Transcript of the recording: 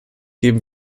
geben